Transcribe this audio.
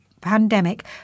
pandemic